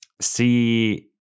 see